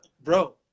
bro